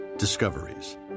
Discoveries